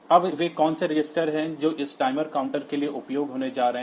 अब वे कौन से रजिस्टर हैं जो इस टाइमर काउंटर के लिए उपयोग होने जा रहे हैं